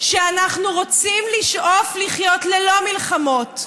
שאנחנו רוצים לשאוף לחיות ללא מלחמות,